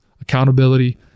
accountability